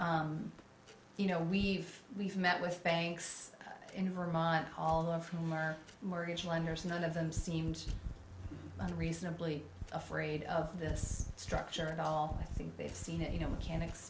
you know we've we've met with banks in vermont all of whom are mortgage lenders none of them seemed reasonably afraid of this structure at all i think they've seen it you know mechanics